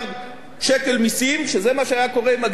שזה מה שהיה קורה אם הגירעון היה נשאר ב-2.5%.